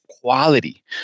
quality